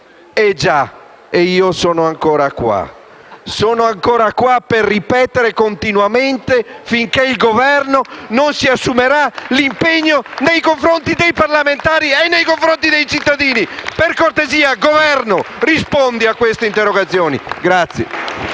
«Eh già, io sono ancora qua». Sono ancora qua per intervenire continuamente, finché il Governo non si assumerà l'impegno nei confronti dei parlamentari e dei cittadini. Per cortesia, Governo, rispondi a queste interrogazioni!